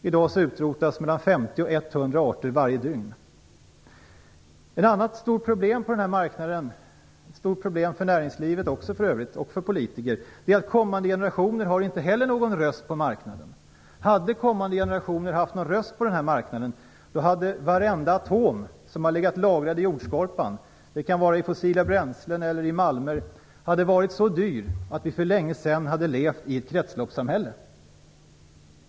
I dag utrotas mellan 50 och 100 arter varje dygn. Ett annat stort problem på denna marknad - för övrigt också ett stort problem för näringslivet och för politiker - är att kommande generationer inte heller har någon röst på marknaden. Hade kommande generationer haft en röst på denna marknad hade varenda atom som har legat lagrad i jordskorpan - det kan vara i fossila bränslen eller i malmer - varit så dyr att vi för länge sedan levt i ett kretsloppssamhälle.